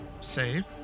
save